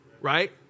right